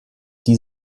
die